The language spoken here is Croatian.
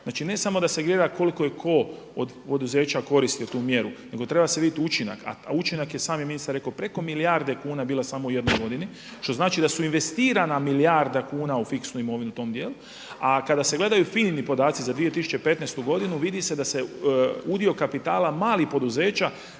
Znači ne samo da se gleda koliko je tko od poduzeća koriste tu mjeru nego se treba vidjeti učinak, a učinak je sami ministar rekao preko milijarde kuna bila samo u jednoj godini što znači da su investirana milijarda kuna u fiksnu imovinu u tom dijelu. A kada se gledaju FINA-ini podaci za 2015. godinu vidi se da se udio kapitala malih poduzeća